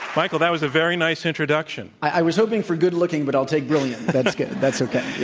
michael, that was a very nice introduction. i was hoping for good looking, but i'll take brilliant. that's good that's okay.